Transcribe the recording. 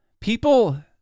people